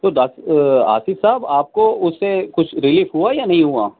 تو دس آصف صاحب آپ کو اُس سے کچھ ریلیف ہُوا یا نہیں ہُوا